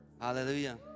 Hallelujah